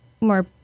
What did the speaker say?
more